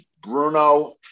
Bruno